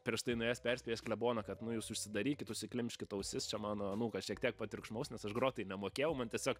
prieš tai nuėjęs perspėjęs kleboną kad nu jūs užsidarykit užsiklimškit ausis čia mano anūkas šiek tiek patriukšmaus nes aš grot tai nemokėjau man tiesiog